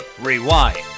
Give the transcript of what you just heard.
rewind